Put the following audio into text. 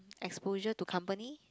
exposure to company